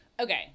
Okay